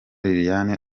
liliane